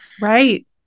right